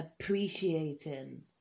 appreciating